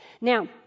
Now